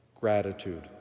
Gratitude